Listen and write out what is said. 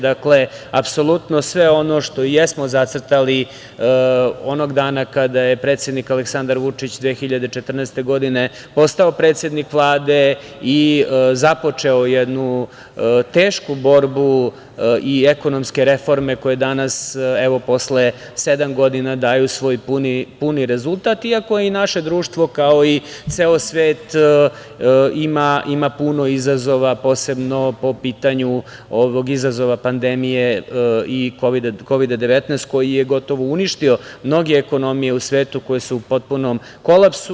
Dakle, apsolutno sve ono što i jesmo zacrtali onog dana kada je predsednik Aleksandar Vučić 2014. godine postao predsednik Vlade i započeo jednu tešku borbu i ekonomske reforme koje danas, evo posle sedam godina, daju svoj puni rezultat, iako je i naše društvo, kao i ceo svet ima puno izazova, posebno po pitanju ovog izazova pandemije Kovida 19 koji je gotovo uništio mnoge ekonomije u svetu koje su u potpunom kolapsu.